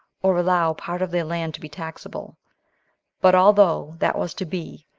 or allow part of their land to be taxable but although that was to be,